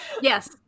Yes